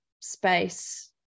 space